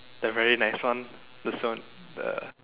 the very nice one the Sony uh